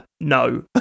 no